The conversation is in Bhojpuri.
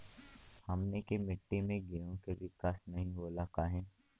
हमनी के मिट्टी में गेहूँ के विकास नहीं होला काहे?